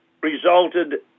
resulted